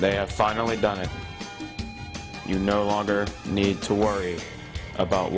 they have finally done it you no longer need to worry about